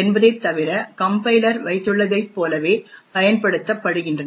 என்பதைத் தவிர கம்பைலர் வைத்துள்ளதைப் போலவே பயன்படுத்தப்படுகின்றன